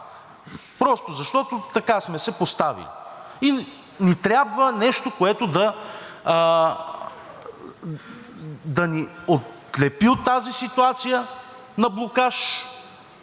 просто защото така сме се поставили. И ни трябва нещо, което да ни отлепи от тази ситуация на блокаж